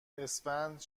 اسفند